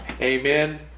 Amen